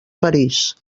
parís